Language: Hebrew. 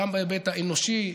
גם בהיבט האנושי,